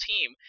team